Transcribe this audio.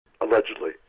allegedly